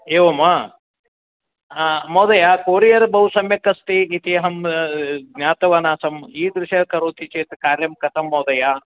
एवं वा महोदय कोरियर् बहु सम्यक् अस्ति इति अहं ज्ञातवान् आसम् ईदृशः करोति चेत् कार्यं कथं महोदय